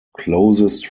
closest